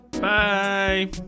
Bye